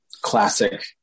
classic